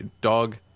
dog